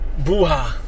buha